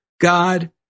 God